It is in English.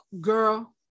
girl